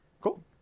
Cool